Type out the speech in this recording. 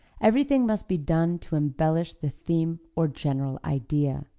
everything must be done to embellish the theme or general idea.